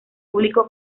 público